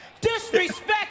disrespect